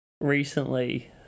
recently